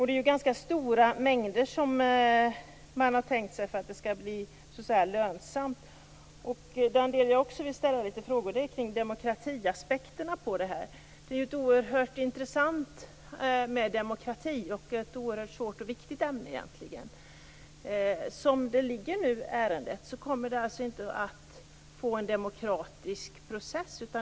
Det är ju ganska stora mängder som man har tänkt sig för att det skall bli lönsamt. Jag vill också ställa några frågor kring demokratiaspekterna på detta. Det är ju oerhört intressant med demokrati. Det är egentligen ett oerhört svårt och viktigt ämne. Som ärendet nu ligger kommer det inte att bli en demokratisk process.